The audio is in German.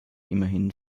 immerhin